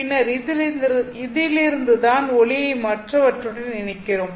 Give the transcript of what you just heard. பின்னர் இதிலிருந்து தான் ஒளியை மற்ற மற்றவற்றுடன் இணைக்கிறோம்